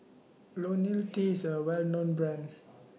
Ionil T IS A Well known Brand